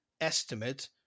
estimate